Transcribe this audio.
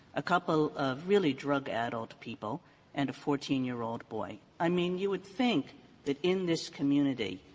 a couple of really drug-addled people and a fourteen year old boy? i mean, you would think that in this community